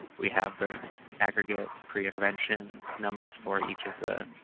we have the aggregate, preintervention numbers for each of the